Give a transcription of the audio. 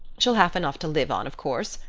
she'll have enough to live on of course.